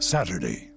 Saturday